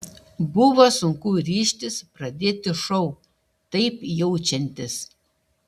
buvo sunku ryžtis pradėti šou taip jaučiantis